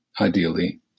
ideally